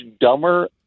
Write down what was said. dumber